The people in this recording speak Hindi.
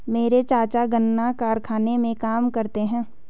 मेरे चाचा गन्ना कारखाने में काम करते हैं